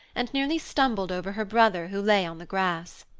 and nearly stumbled over her brother, who lay on the grass.